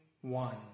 one